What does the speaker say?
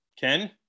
ken